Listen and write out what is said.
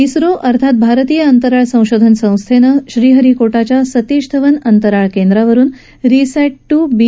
इस्रो अर्थात भारतीय अंतराळ संशोधन संस्थेनं श्रीहरिकोटाच्या सतीश धवन अंतराळ केंद्रावरुन रिसॅट टू बी